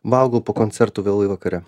valgau po koncertų vėlai vakare